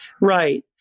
right